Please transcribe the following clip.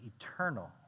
eternal